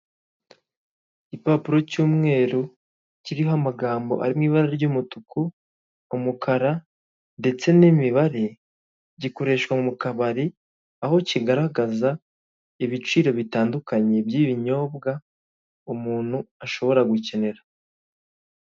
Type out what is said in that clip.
Igipapuro cy'umweru kiriho amagambo ari mu ibara ry'umutuku, umukara ndetse n'imibare, gikoreshwa mu kabari aho kigaragaza ibiciro bitandukanye by'ibinyobwa umuntu ashobora gukenera.